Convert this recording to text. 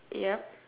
yup